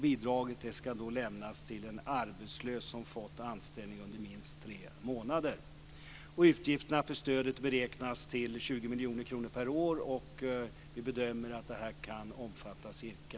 Bidraget ska lämnas till en arbetslös som fått anställning under minst tre månader. Utgifterna för stödet beräknas till 20 miljoner kronor per år, och vi bedömer att detta kan omfatta ca